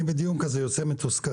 מדיון כמו זה אני יוצא מתוסכל.